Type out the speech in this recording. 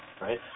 right